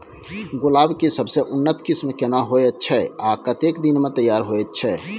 गुलाब के सबसे उन्नत किस्म केना होयत छै आ कतेक दिन में तैयार होयत छै?